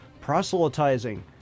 proselytizing